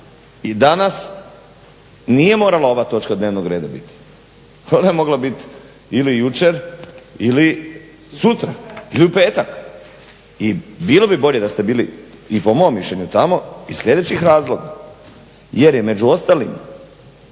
i danas nije morala ova točka dnevnog reda biti, ona je mogla bit ili jučer ili sutra, ili u petak i bilo bi bolje da ste bili i po mom mišljenju tamo iz sljedećih razloga, jer je među ostalim